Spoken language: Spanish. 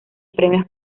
premios